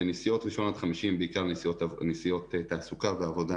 ונסיעות ראשון-חמישי הן בעיקר נסיעות תעסוקה ועבודה,